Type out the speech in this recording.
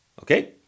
Okay